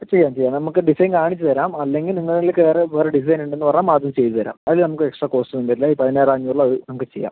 അത് ചെയ്യാം ചെയ്യാം നമുക്ക് ഡിസൈൻ കാണിച്ച് തരാം അല്ലെങ്കിൽ നിങ്ങൾ അതില് കയറ് വേറെ ഡിസൈൻ ഉണ്ടെന്ന് പറഞ്ഞാൽ മാറ്റി ചെയ്ത് തരാം അതില് നമുക്ക് ഒര് എക്സ്ട്രാ കോസ്റ്റ് ഒന്നും വരില്ല ഈ പതിനാറ് അഞ്ഞൂറിൽ അത് നമുക്ക് ചെയ്യാം